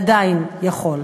עדיין יכול.